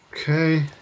okay